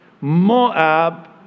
Moab